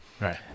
Right